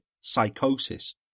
psychosis